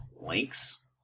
links